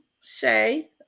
Shay